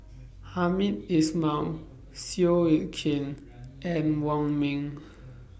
Hamed Ismail Seow Yit Kin and Wong Ming